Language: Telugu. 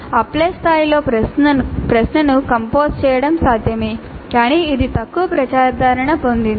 అప్లై స్థాయిలో ప్రశ్నను కంపోజ్ చేయడం సాధ్యమే కాని ఇది తక్కువ ప్రజాదరణ పొందింది